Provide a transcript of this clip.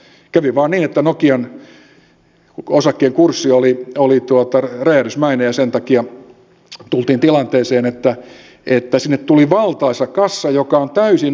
kävi vain niin että nokian osakkeen kurssi oli räjähdysmäinen ja sen takia tultiin tilanteeseen että sinne tuli valtaisa kassa joka on täysin nyt valtion ulkopuolella